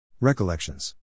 Recollections